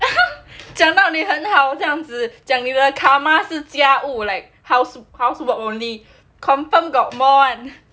讲到你很好这样子讲你的 karma 是家务 oh like house housework only confirm got more [one]